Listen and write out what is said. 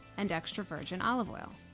and extra virgin olive oil.